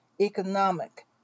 economic